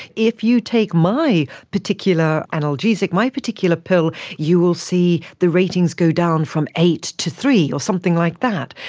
if you take my particular analgesic, my particular pill, you will see the ratings go down from eight to three, or something like that.